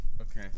Okay